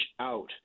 out